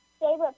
favorite